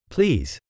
Please।